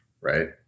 right